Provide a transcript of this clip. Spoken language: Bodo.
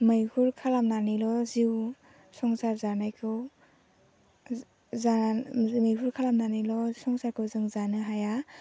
मैहुर खालामनानैल' जिउ संसार जानायखौ जा मैहुर खालामनानैल' संसारखौ जों जानो हाया